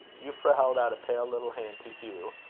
euphra held out a pale little hand to hugh,